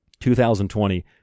2020